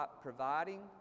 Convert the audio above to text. providing